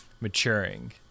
maturing